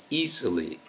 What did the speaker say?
easily